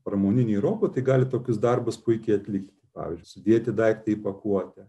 pramoniniai robotai gali tokius darbus puikiai atlikti pavyzdžiui sudėti daiktą į pakuotę